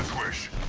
watch